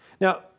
Now